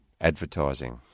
advertising